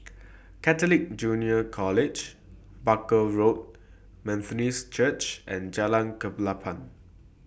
Catholic Junior College Barker Road Methodist Church and Jalan Klapa